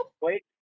Wait